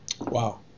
Wow